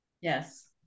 Yes